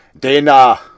Dana